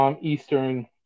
Eastern